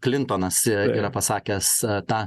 klintonas yra pasakęs tą